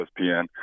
ESPN